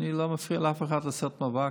אני לא מפריע לאף אחד לעשות מאבק.